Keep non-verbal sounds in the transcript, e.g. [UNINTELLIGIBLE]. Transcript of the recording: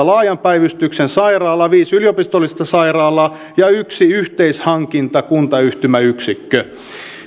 [UNINTELLIGIBLE] laajan päivystyksen sairaalaa viisi yliopistollista sairaalaa ja yksi yhteishankintakuntayhtymäyksikkö